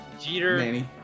Jeter